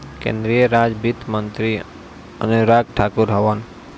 केंद्रीय राज वित्त मंत्री अनुराग ठाकुर हवन